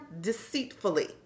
deceitfully